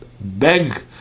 beg